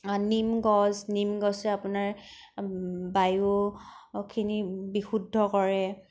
নিম গছ নিম গছে আপোনাৰ বায়ুখিনি বিশুদ্ধ কৰে